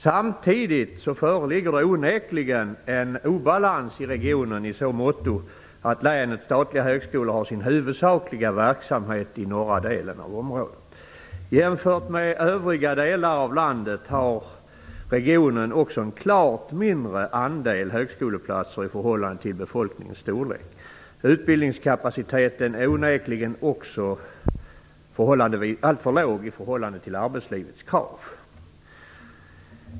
Samtidigt föreligger onekligen en obalans i regionen i så måtto att länets statliga högskolor har sin huvudsakliga verksamhet i norra delen av området. Jämfört med övriga delar av landet har regionen också en klart mindre andel högskoleplatser i förhållande till befolkningens storlek. Utbildningskapaciteten är onekligen också alltför låg i förhållande till arbetslivets krav.